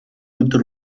өдөр